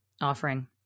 offering